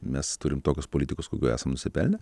mes turim tokius politikus kokių esam nusipelnę